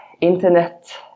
internet